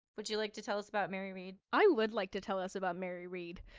would you like to tell us about mary read? i would like to tell us about mary read,